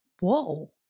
Whoa